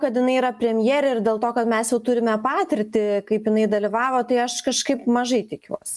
kad jinai yra premjerė ir dėl to kad mes jau turime patirtį kaip jinai dalyvavo tai aš kažkaip mažai tikiuos